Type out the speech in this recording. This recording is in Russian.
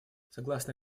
согласно